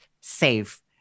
safe